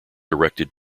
erected